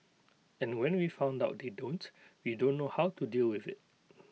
and when we found out they don't we don't know how to deal with IT